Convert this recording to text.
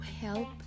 help